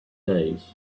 days